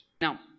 Now